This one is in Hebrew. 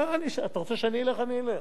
אתה רוצה שאני אלך, אני אלך.